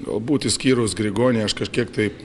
galbūt išskyrus grigonį aš kažkiek tai